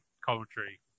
commentary